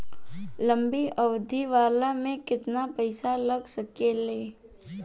लंबी अवधि वाला में केतना पइसा लगा सकिले?